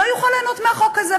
לא יכול ליהנות מהחוק הזה.